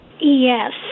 Yes